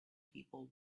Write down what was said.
people